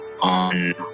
on